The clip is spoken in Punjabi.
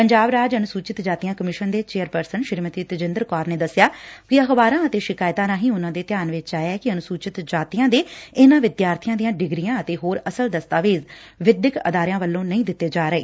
ਪੰਜਾਬ ਰਾਜ ਅਨੁਸਚਿਤ ਜਾਤੀਆਂ ਕਮਿਸ਼ਨ ਦੇ ਚੇਅਰਪਰਸਨ ਸ੍ਰੀਮਤੀ ਤੇਜਿੰਦਰ ਕੌਰ ਨੇ ਦੱਸਿਆ ਕਿ ਅਖਬਾਰਾਂ ਅਤੇ ਸ਼ਿਕਾਇਤਾਂ ਰਾਹੀਂ ਉਨੂਾਂ ਦੇ ਧਿਆਨ ਵਿੱਚ ਆਇਆ ਏ ਕਿ ਅਨੁਸੁਚਿਤ ਜਾਤੀਆਂ ਦੇ ਇਨੂਾਂ ਵਿਦਿਆਰਬੀਆਂ ਦੀਆਂ ਡਿਗਰੀਆਂ ਅਤੇ ਹੋਰ ਅਸਲ ਦਸਤਾਵੇਜ਼ ਵਿਦਿਅਕ ਅਦਾਰਿਆ ਵੱਲੋਂ ਨਹੀਂ ਦਿਤੇ ਜਾ ਰਹੇ